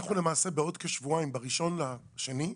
בעוד שבועיים, ב, 1.2.2023,